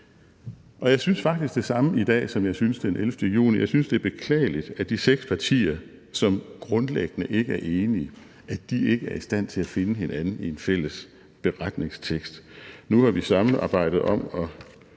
Jeg synes faktisk det samme i dag, som jeg syntes den 11. juni. Jeg synes, det er beklageligt, at de seks partier, som grundlæggende er enige, ikke er i stand til at finde hinanden i en fælles beretningstekst. Når vi nu har samarbejdet om at